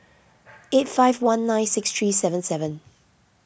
eight five one nine six three seven seven